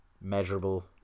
measurable